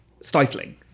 stifling